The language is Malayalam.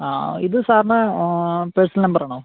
ആ ആ ഇത് സാറിന്റെ പേഴ്സണല് നമ്പര് ആണോ